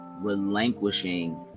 relinquishing